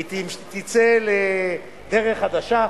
היא תצא לדרך חדשה,